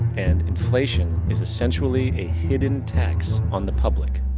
and inflation is essentially a hidden tax on the public.